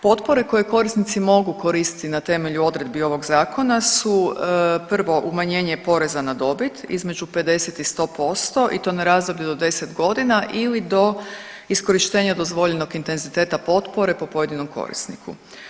Potpore koje korisnici mogu koristiti na temelju odredbi ovog zakona su 1. umanjenje poreza na dobit između 50 i 100% i to na razdoblje do 10 godina ili do iskorištenja dozvoljenog intenziteta potpore po pojedinom korisniku.